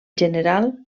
general